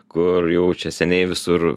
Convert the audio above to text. kur jau čia seniai visur